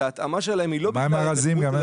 שההתאמה שלהם היא לא בגלל הנכות אלא